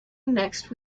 next